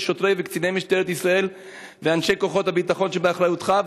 שוטרי וקציני משטרת ישראל ואנשי כוחות הביטחון שבאחריותך.